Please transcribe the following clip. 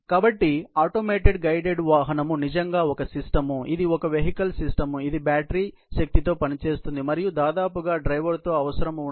కాబట్టి automated guided వాహనం నిజంగా ఒక సిస్టం ఇది ఒక వెహికల్ సిస్టం ఇది బ్యాటరీ శక్తితో పనిచేస్తుంది మరియు దాదాపుగా డ్రైవర్ తో అవసరము ఉండదు